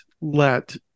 let